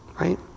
Right